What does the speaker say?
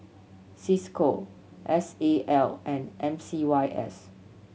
Cisco S A L and M C Y S